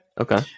Okay